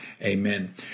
Amen